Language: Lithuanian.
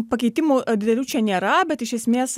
pakeitimų didelių čia nėra bet iš esmės